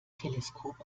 teleskop